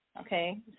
Okay